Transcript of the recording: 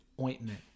ointment